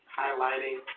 highlighting